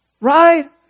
Right